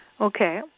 Okay